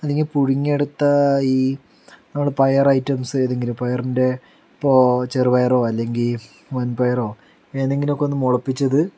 അല്ലെങ്കിൽ പുഴുങ്ങിയെടുത്ത ഈ നമ്മളെ പയർ ഐറ്റംസ് ഏതെങ്കിലും പയറിന്റെ ഇപ്പോൾ ചെറുപയറോ അല്ലെങ്കിൽ വൻപയറോ ഏതെങ്കിലും ഒക്കെ ഒന്ന് മുളപ്പിച്ചത്